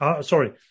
Sorry